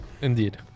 Indeed